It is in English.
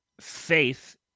faith